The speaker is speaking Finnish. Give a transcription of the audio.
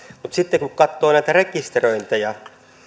mutta sitten kun katsoo näitä rekisteröintejä